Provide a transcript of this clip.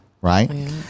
right